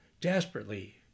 desperately